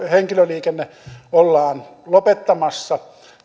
henkilöliikenne ollaan lopettamassa